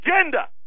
agenda